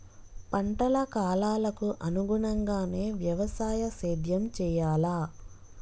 పంటల కాలాలకు అనుగుణంగానే వ్యవసాయ సేద్యం చెయ్యాలా?